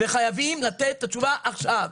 חייבים לתת את התשובה עכשיו.